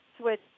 switch